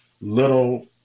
little